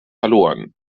verloren